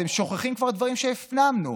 אתם שוכחים דברים שכבר הפנמנו.